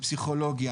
בפסיכולוגיה,